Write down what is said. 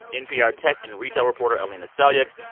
npr tech and retail reporter, alina selyukh.